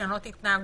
לשנות התנהגות.